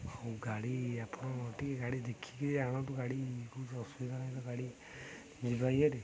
ଆଉ ଗାଡ଼ି ଆପଣ ଟିକେ ଗାଡ଼ି ଦେଖିକି ଆଣନ୍ତୁ ଗାଡ଼ି କେଉଁଠି ଅସୁବିଧା ନାହିଁ ତ ଗାଡ଼ି ମଳିବା ଇଏରେ